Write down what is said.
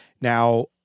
Now